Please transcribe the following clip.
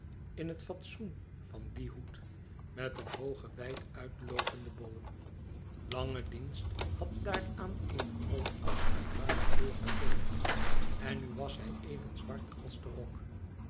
in het fatsoen van dien hoed met een hoogen wijd uitloopenden bol lange dienst had daaraan eene roodachtig bruine kleur gegeven en nu was hij even zwart als de rok